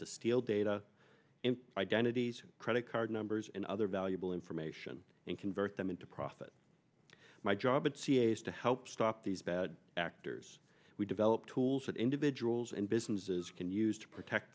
to steal data identities credit card numbers and other valuable information and convert them into profit my job at ca is to help stop these bad actors we develop tools that individuals and businesses can use to protect